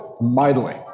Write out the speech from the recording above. mightily